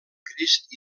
crist